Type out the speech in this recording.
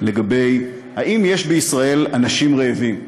השאלה האם יש בישראל אנשים רעבים.